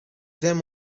them